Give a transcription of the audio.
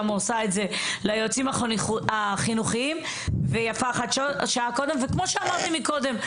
עושה את זה ליועצים החינוכיים ויפה שעה אחת קודם וכמו שאמרתי מקודם,